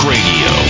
Radio